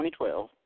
2012